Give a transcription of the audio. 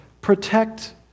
protect